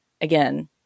again